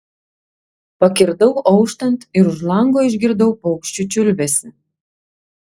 pakirdau auštant ir už lango išgirdau paukščių čiulbesį